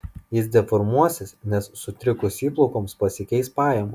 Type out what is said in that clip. jis deformuosis nes sutrikus įplaukoms pasikeis pajamos